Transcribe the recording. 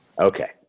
Okay